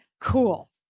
cool